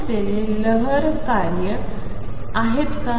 असलेले लहरी कार्ये आहेत का